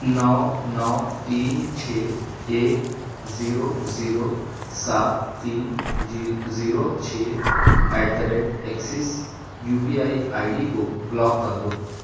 نو نو تین چھ ایک زیرو زیرو سات تین زیرو چھ at the rate Axis U P I I D کو بلاک کر دو